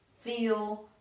feel